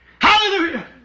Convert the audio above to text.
Hallelujah